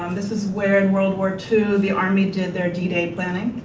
um this is where, in world war two, the army did their d-day planning.